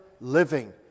living